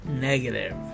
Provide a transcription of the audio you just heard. negative